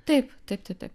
taip taip taip taip